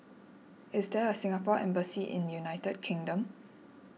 is there a Singapore Embassy in United Kingdom